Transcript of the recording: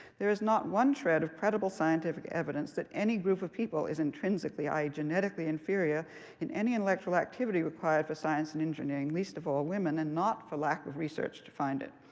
there is not one shred of credible scientific evidence that any group of people is intrinsically genetically inferior in any intellectual activity required for science and engineering, least of all women, and not for lack of research to find it.